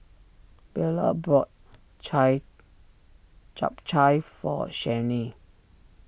Beula bought Chai Chap Chai for Shianne